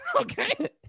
Okay